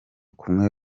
kumwe